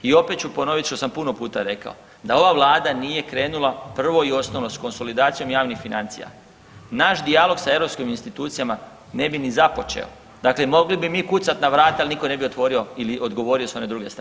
I opet ću ponovit što sam puno puta rekao, da ova vlada nije krenula prvo i osnovno s konsolidacijom javnih financija naš dijalog sa europskim institucijama ne bi ni započeo, dakle mogli bi mi kucat na vrata, al niko ne bi otvorio ili odgovorio s one druge strane vrata.